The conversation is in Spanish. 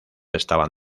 estaban